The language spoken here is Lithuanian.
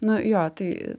nu jo tai